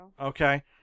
Okay